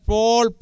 Paul